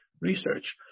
research